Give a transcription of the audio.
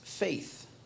faith